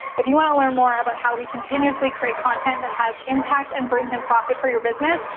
if you wanna learn more about how we continuously create content that has impact and brings in profit for your business,